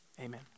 Amen